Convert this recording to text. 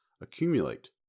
accumulate